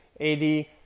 AD